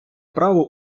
право